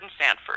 Sanford